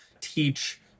teach